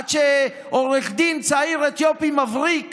עד שעורך דין צעיר אתיופי מבריק